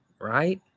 Right